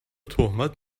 تهمت